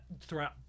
throughout